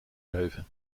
zeven